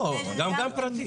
לא, גם גן פרטי.